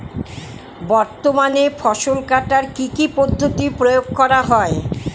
বর্তমানে ফসল কাটার কি কি পদ্ধতি প্রয়োগ করা হয়?